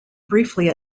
briefly